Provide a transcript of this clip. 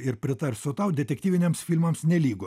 ir pritarsiu tau detektyviniams filmams nelygu